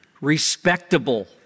respectable